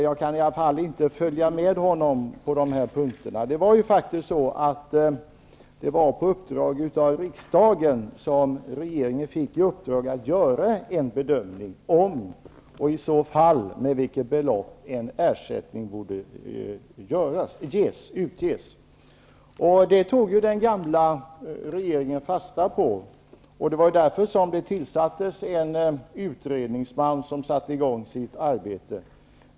Jag kan i varje fall inte följa honom på dessa punkter Det var av riksdagen som regeringen fick i uppdrag att göra en bedömning om och i så fall med vilket belopp ersättning borde utges. Det tog den gamla regeringen fasta på. Det var därför som det tillsattes en utredningsman som började sitt arbete.